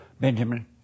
Benjamin